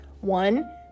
One